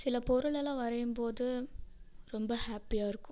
சில பொருளெல்லாம் வரையும்போது ரொம்ப ஹாப்பியாக இருக்கும்